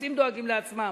הרוסים דואגים לעצמם,